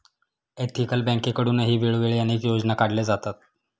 ethical बँकेकडूनही वेळोवेळी अनेक योजना काढल्या जातात